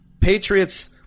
Patriots